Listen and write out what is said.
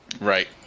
Right